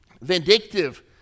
vindictive